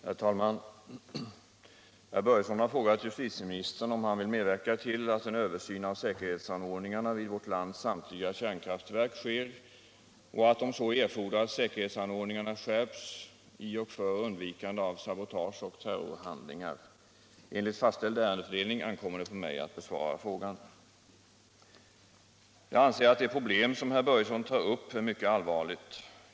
Herr talman! Herr Börjesson i Falköping har frågat justitieministern om han vill medverka till att en översyn av säkerhetsanordningarna vid vårt lands samtliga kärnkraftverk sker och att om så erfordras säkerhetsanordningarna skärps i och för undvikande av sabotage och terrorhandlingar. Enligt fastställd ärendefördelning ankommer det på mig att besvara frågan. Jag anser att det problem som herr Börjesson tar upp är mycket allvarligt.